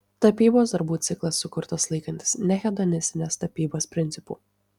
tapybos darbų ciklas sukurtas laikantis nehedonistinės tapybos principų